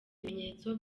bimenyetso